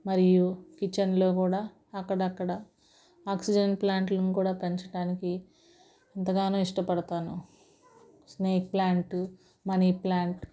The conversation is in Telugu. మరియు కిచెన్లో కూడా అక్కడక్కడ ఆక్సిజన్ ప్లాంట్లను కూడా పెంచడానికి ఎంతగానో ఇష్టపడతాను స్నేక్ ప్లాంటు మనీ ప్లాంట్